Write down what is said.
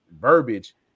verbiage